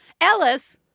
Ellis